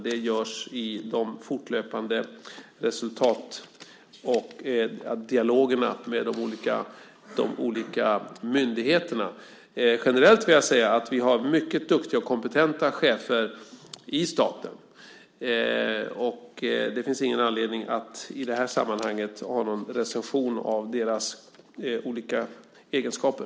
Det görs via de fortlöpande resultaten och dialogerna med de olika myndigheterna. Generellt vill jag säga att vi har mycket duktiga och kompetenta chefer i staten. Det finns ingen anledning att i det här sammanhanget ha någon recension av deras olika egenskaper.